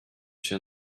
się